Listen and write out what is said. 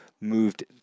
moved